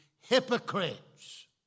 hypocrites